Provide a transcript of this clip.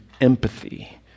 empathy